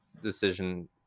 decision